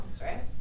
right